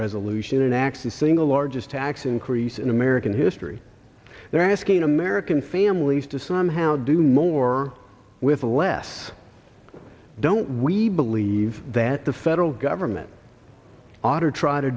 resolution x is single largest tax increase in american history they're asking american families to somehow do more with less don't we believe that the federal government ought to try to